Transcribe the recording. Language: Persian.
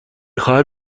خواهم